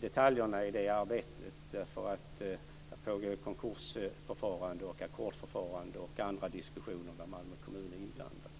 detaljerna i det arbetet därför att det pågår konkursförfarande, ackordförfarande och andra diskussioner där Malmö kommun är inblandad.